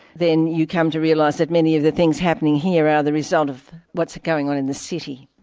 then you come to realise that many of the things happening here are the result of what's going on in the city.